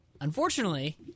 Unfortunately